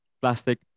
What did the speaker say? plastic